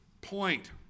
point